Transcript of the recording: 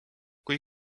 kui